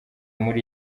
muri